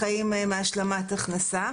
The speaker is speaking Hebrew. חיים מהשלמת הכנסה.